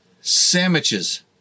sandwiches